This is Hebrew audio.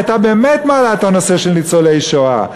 היא הייתה באמת מעלה את הנושא של ניצולי שואה.